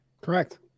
correct